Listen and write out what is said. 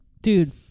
dude